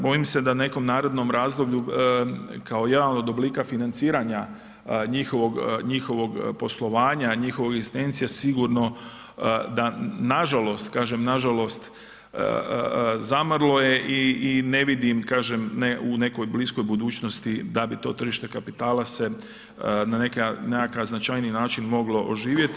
Bojim se da u nekom narednom razdoblju kao jedan od oblika financiranja njihovog poslovanje, njihove egzistencije sigurno da nažalost, kažem nažalost zamrlo je i ne vidim u nekoj bliskoj budućnosti da bi to tržište kapitala se na nekakav značajniji način moglo oživjeti.